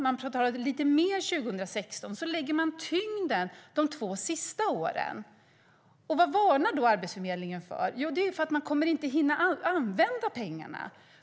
Man betalar lite mer 2016, och sedan lägger man tyngden på de två sista åren. Vad varnar då Arbetsförmedlingen för? Jo, det är att de inte kommer att hinna använda pengarna.